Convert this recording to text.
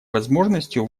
возможностью